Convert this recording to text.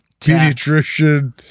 pediatrician